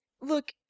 look